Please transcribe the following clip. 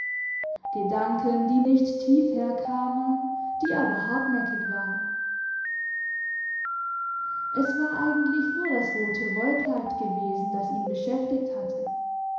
gedanken die nicht tief herkamen die aber hartnäckig waren es war eigentlich nur das rote wollkleid gewesen das ihn beschäftigt hatte